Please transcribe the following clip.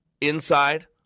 inside